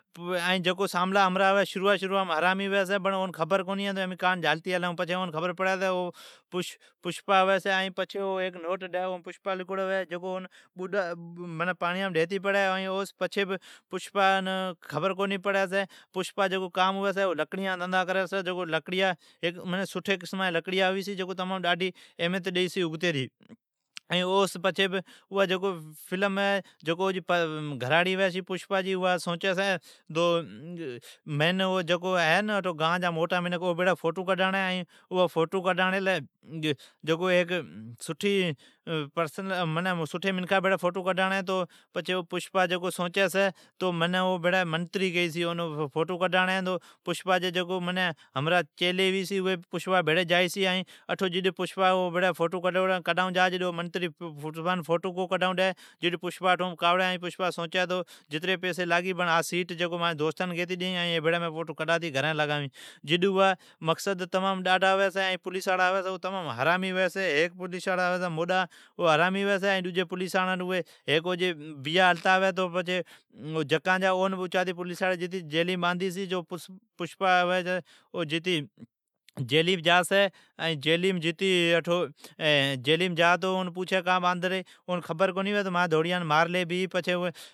ائینں اوی جکو شروعا شروعام ساملی ھمراھ حرامی ھوی چھی، او جھلتی آوی چھی۔ پشپا ھوی چھی پچھی اوم ھیک نوٹ ڈھی چھی اوم پشپا لکھوڑی ھوی چھی پاڑیام ڈھیتی پڑی چھی۔ ائین اوس پچھی بھی پشپا، خبر کونی پڑی تو پشپا، او لکڑیان جا دھندھا کری چھی جکو۔ ھیک سٹھی قسمان جیا لکڑیا جکو تمام ڈاڈھی احمیت ڈیئی چھی اگتیری۔ ائین او سون پچھی بھی فلم جکو او جی گھراڑی ھوی چھی پشپا جی اوا سوچی تو منین جکو ہے گان جا جی موٹی منکھ ہے او بھیڑی فوٹو کڈھاڑی ہے۔ ائین اون فوٹو کڈھاڑی لی جکو پشپا سوچی چھی۔ منین او بھڑی منتری کیئی چھی، فوٹو کڈھاڑین ہے تو پشپا جی ھمری چیلی ھوی چھی اوی پشپا بھیڑی جائی چھی۔ پشپا جڈ فوتو کڈھائون جا چھی تو منتری اوان فوٹو کو کڈھائون ڈی۔ پشپا اٹھو سوچی تو جتری پیسی لاگی ھا سیٹ مین دوستان گیتی ڈیئین ائین ای بھیڑی فوٹو کڈھاتی گھرین لگاوین۔ جڈ او مقصد پورا ھوی چھی، پولیساڑا وڈا حرامی ھوی چھی ھیک پولیساڑا موڈا ھوی چھی ائین ڈجی پولیساڑین اوٹھ، ھیک بیا ھلتا ھوی تو ،جکان اون پولیساڑا اچاتی تو اون اچاتی جیلیم باندھی چھی۔ او جتی جیلیم جا چھی تہ اون پوچھلی تو منین کا باندھلا تو مانجی دھوڑیان مارلی بھی ھی۔